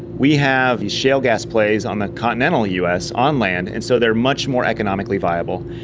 we have these shale gas plays on the continental us, on land, and so they are much more economically viable.